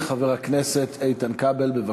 חבר הכנסת איתן כבל, בבקשה.